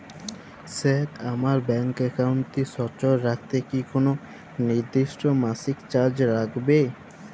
Sir আমার bank একাউন্টটি সচল রাখতে কি কোনো নির্দিষ্ট মাসিক চার্জ লাগবে?